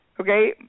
Okay